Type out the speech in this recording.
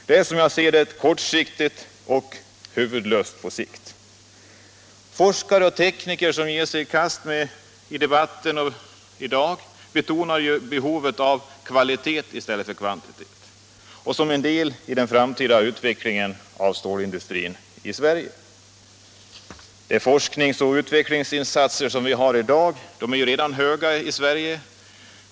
Detta är, som jag ser det, kortsiktigt och helt huvudlöst i det längre perspektivet. Forskare och tekniker som i dag ger sig in i debatten betonar behovet av kvalitet i stället för kvantitet som en del av den framtida utvecklingen av stålindustrin. Forsknings och utvecklingsinsatserna är höga redan i dagens Sverige.